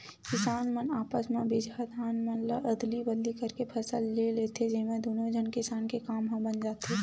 किसान मन आपस म बिजहा धान मन ल अदली बदली करके फसल ले लेथे, जेमा दुनो झन किसान के काम ह बन जाथे